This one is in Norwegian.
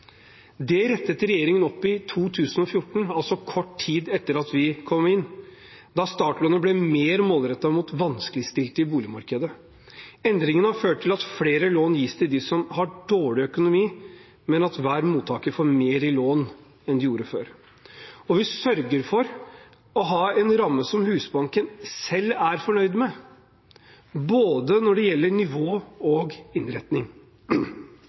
Det rettet regjeringen opp i 2014, altså kort tid etter at vi kom inn, da startlånet ble mer målrettet mot vanskeligstilte i boligmarkedet. Endringen har ført til at flere lån gis til dem som har dårlig økonomi, og at hver mottaker får mer i lån enn de gjorde før. Vi sørger også for å ha en ramme som Husbanken selv er fornøyd med når det gjelder både nivå og innretning.